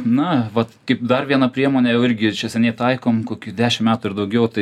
na vat kaip dar viena priemonė jau irgi čia seniai taikom kokių dešim metų ir daugiau tai